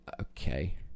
okay